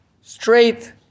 straight